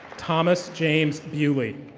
thomas james buick.